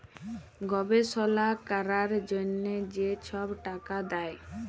গবেষলা ক্যরার জ্যনহে যে ছব টাকা দেয়